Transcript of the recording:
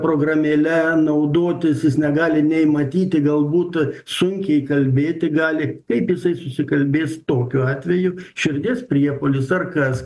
programėle naudotis jis negali nei matyti galbūt sunkiai kalbėti gali kaip jisai susikalbės tokiu atveju širdies priepuolis ar kas